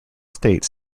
states